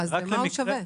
אז למה הוא שווה?